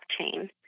blockchain